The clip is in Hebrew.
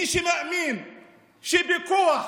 מי שמאמין שבכוח